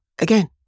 again